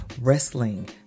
wrestling